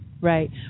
Right